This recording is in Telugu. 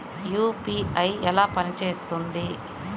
యూ.పీ.ఐ ఎలా పనిచేస్తుంది?